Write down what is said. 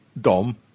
dom